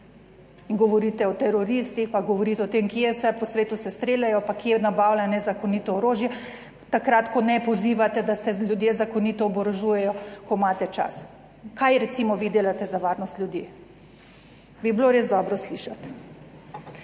in govorite o teroristih, pa govorite o tem, kje vse po svetu se streljajo, pa kje nabavljajo nezakonito orožje, takrat, ko ne pozivate, da se ljudje zakonito oborožujejo, ko imate čas. Kaj recimo vi delate za varnost ljudi? Bi bilo res dobro slišati.